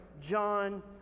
John